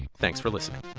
thanks for listening